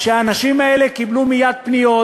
שהאנשים האלה קיבלו מייד פניות,